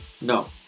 No